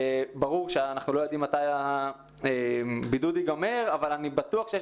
ברור שאנחנו לא יודעים מתי הבידוד ייגמר אבל אני בטוח שיש